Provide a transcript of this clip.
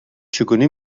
چگونه